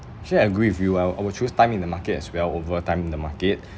actually I agree with you I I will choose time in the market as well over timing the market